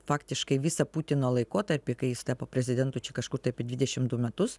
faktiškai visą putino laikotarpį kai jis tapo prezidentu čia kažkur tai apie dvidešim du metus